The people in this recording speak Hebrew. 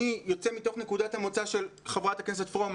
אני יוצא מתוך נקודת המוצא של חברת הכנסת פרומן,